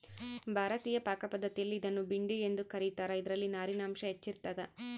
ಭಾರತೀಯ ಪಾಕಪದ್ಧತಿಯಲ್ಲಿ ಇದನ್ನು ಭಿಂಡಿ ಎಂದು ಕ ರೀತಾರ ಇದರಲ್ಲಿ ನಾರಿನಾಂಶ ಹೆಚ್ಚಿರ್ತದ